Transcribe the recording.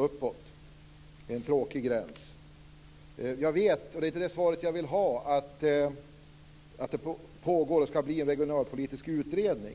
Där går en tråkig gräns. Jag vet att det pågår en regionalpolitisk utredning,